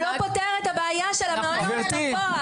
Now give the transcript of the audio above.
הוא לא פותר את הבעיה של המעונות בפועל,